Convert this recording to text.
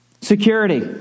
Security